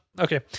Okay